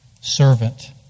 servant